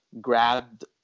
grabbed